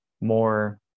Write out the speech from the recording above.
more